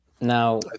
now